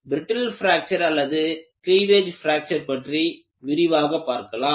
brittle fracture அல்லது cleavage fracture பற்றி பிறகு விரிவாக பார்க்கலாம்